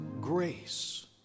grace